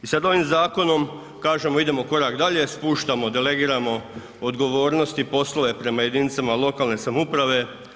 I sada ovim zakonom kažemo idemo korak dalje, spuštamo delegiramo odgovornosti i poslove prema jedinicama lokalne samouprave.